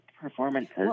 performances